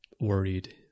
worried